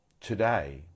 today